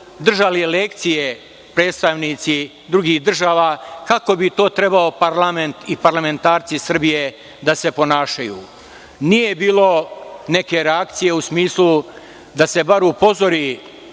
držali lekcije predstavnici drugih država kako bi to trebao parlament i parlamentarci Srbije da se ponašaju. Nije bilo neke reakcije u smislu da se bar upozori